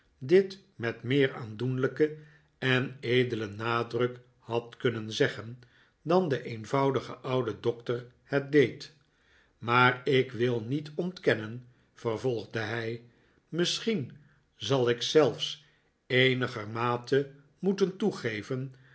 dit met meer aandoenlijken en edelen nadruk had kunnen zeggen dan de eenvoudige oude doctor het deed maar ik wil niet ontkennen vervolgde hij misschien zal ik zelfs eenigermate moeten toegeven